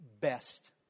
best